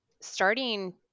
Starting